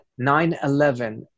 9-11